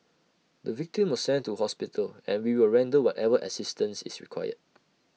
the victim was sent to hospital and we will render whatever assistance is required